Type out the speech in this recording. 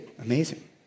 amazing